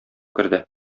керде